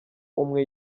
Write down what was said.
umwe